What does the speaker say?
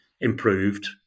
improved